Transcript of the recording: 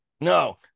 No